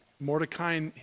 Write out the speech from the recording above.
Mordecai